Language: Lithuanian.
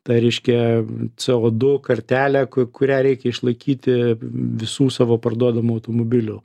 ta reiškia c o du kartelę kurią reikia išlaikyti visų savo parduodamų automobilių